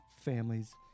families